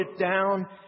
down